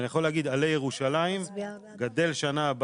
אני יכול להגיד על"ה ירושלים גדל בשנה